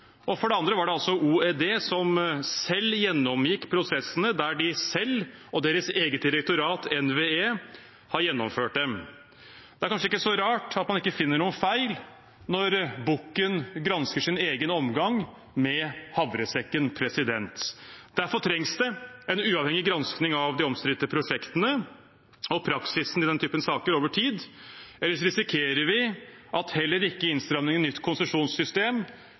Og for det andre var det Olje- og energidepartementet som selv gjennomgikk prosessene der de selv og deres eget direktorat, NVE, har gjennomført dem. Det er kanskje ikke så rart at man ikke finner noen feil når bukken gransker sin egen omgang med havresekken. Derfor trengs det en uavhengig gransking av de omstridte prosjektene og praksisen i den typen saker over tid. Ellers risikerer vi at heller ikke innstrammingene i nytt konsesjonssystem